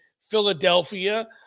Philadelphia